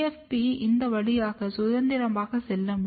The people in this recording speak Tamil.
GFP இந்த வழியாக சுதந்திரமாக செல்ல முடியும்